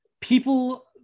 people